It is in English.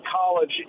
college